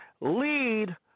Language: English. lead